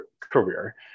career